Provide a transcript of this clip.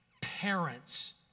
parents